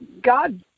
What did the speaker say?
God